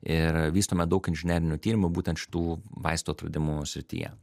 ir vystome daug inžinerinių tyrimų būtent šitų vaistų atradimų srityje